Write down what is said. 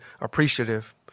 appreciative